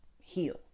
heal